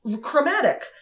chromatic